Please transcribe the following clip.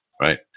Right